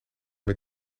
met